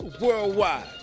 worldwide